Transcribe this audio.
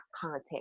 content